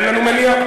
אין לנו מניעה.